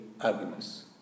arguments